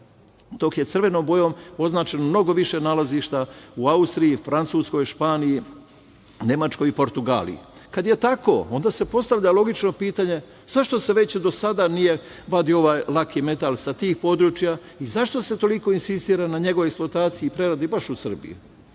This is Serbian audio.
dok je crvenom bojom označeno mnogo više nalazišta u Austriji, u Francuskoj, Španiji, Nemačkoj i Portugaliji. Kada je tako, onda se postavlja logično pitanje – zašto se već do sada nije vadio ovaj laki metal sa tih područja i zašto se toliko insistira na njegovoj eksploataciji i preradi baš u Srbiji?